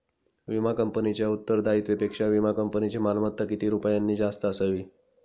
विमा कंपनीच्या उत्तरदायित्वापेक्षा विमा कंपनीची मालमत्ता किती रुपयांनी जास्त असावी?